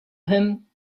him